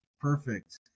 perfect